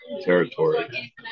territory